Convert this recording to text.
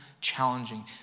challenging